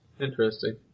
Interesting